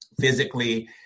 physically